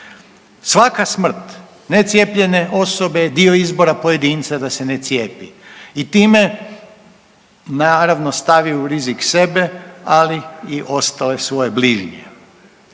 Svaka smrt necijepljene osobe je dio izbora pojedinca da se ne cijepi i time naravno stavi u rizik sebe, ali i ostale svoje bližnje.